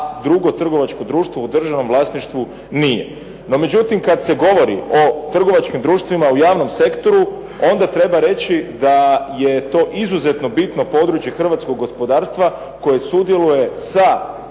a drugo trgovačko društvo u državnom vlasništvu nije. No međutim kad se govori o trgovačkim društvima u javnom sektoru onda treba reći da je to izuzetno bitno područje hrvatskog gospodarstva koje sudjeluje sa vezanih 80